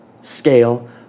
scale